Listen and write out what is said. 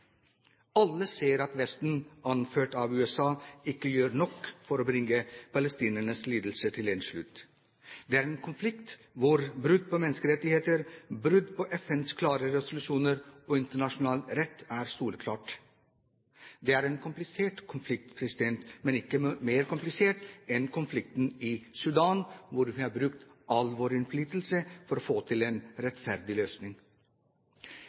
Alle ser at Vesten, anført av USA, ikke gjør nok for å bringe palestinernes lidelser til en slutt. Det er en konflikt hvor brudd på menneskerettigheter, brudd på FNs klare resolusjoner og internasjonal rett er soleklart. Det er en komplisert konflikt, men ikke mer komplisert enn konflikten i Sudan, hvor vi har brukt all vår innflytelse for å få til en rettferdig løsning.